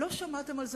לא שמעתם על זה